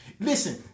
Listen